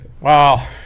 Wow